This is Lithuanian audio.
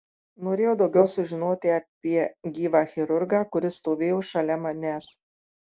norėjau daugiau sužinoti apie gyvą chirurgą kuris stovėjo šalia manęs